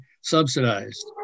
subsidized